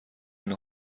این